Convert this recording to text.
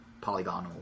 polygonal